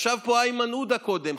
ישב פה איימן עודה קודם,